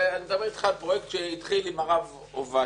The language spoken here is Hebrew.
אני מדבר אתך על פרויקט שהתחיל עם הרב עובדיה.